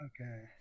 Okay